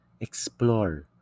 Explore